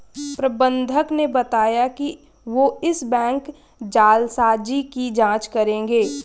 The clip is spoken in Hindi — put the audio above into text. प्रबंधक ने बताया कि वो इस बैंक जालसाजी की जांच करेंगे